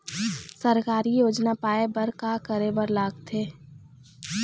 सरकारी योजना पाए बर का करे बर लागथे?